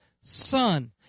Son